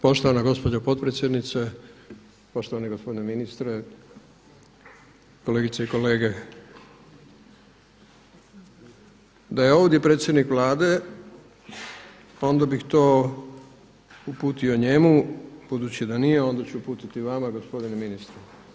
Poštovana gospođo potpredsjednice, poštovani gospodine ministre, kolegice i kolege da je ovdje predsjednik Vlade onda bih to uputio njemu, budući da nije onda ću uputiti vama gospodine ministre.